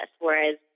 whereas